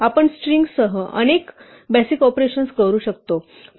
आपण स्ट्रिंगसह अनेक बेसिक ऑपरेशन करू शकतो